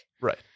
Right